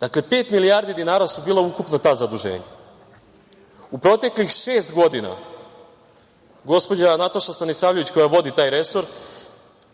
Dakle, pet milijardi dinara su bila ukupna ta zaduženja. U proteklih šest godina gospođa Nataša Stanisavljević koja vodi taj resor